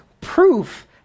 proof